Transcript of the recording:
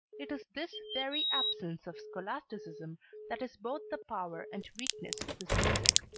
it is this very absence of scholasticism that is both the power and weakness of his music.